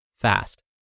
fast